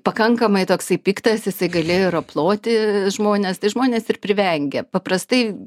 pakankamai toksai piktas jisai galėjo ir aploti žmones tai žmonės ir privengė paprastai